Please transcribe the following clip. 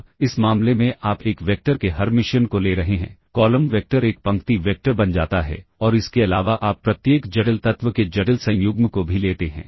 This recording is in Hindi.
अब इस मामले में आप एक वेक्टर के हर्मिशियन को ले रहे हैं कॉलम वेक्टर एक पंक्ति वेक्टर बन जाता है और इसके अलावा आप प्रत्येक जटिल तत्व के जटिल संयुग्म को भी लेते हैं